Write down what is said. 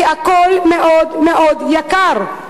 כי הכול מאוד מאוד יקר.